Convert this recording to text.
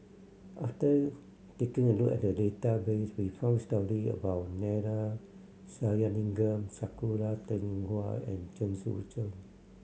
after taking a look at the database we found story about Neila Sathyalingam Sakura Teng Ying Hua and Chen Sucheng